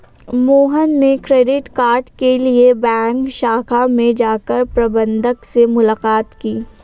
मोहन ने credit card के लिए बैंक शाखा में जाकर प्रबंधक से मुलाक़ात की